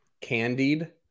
candied